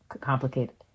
complicated